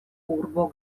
urbo